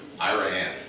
Iran